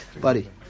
Buddy